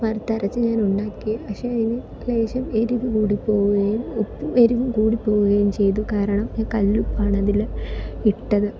വറുത്തരച്ചത് ഞാനുണ്ടാക്കി പക്ഷേ അതിന് ലേശം എരിവ് കൂടിപ്പോയി ഉപ്പ് എരിവും കൂടിപ്പോവുകയും ചെയ്തു കാരണം ഞാൻ കല്ലുപ്പാണ് അതിൽ ഇട്ടത്